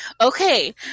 Okay